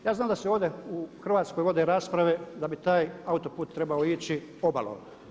Ja znam da se ovdje u Hrvatskoj vode rasprave da bi taj autoput trebao ići obalom.